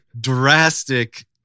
drastic